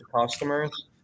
customers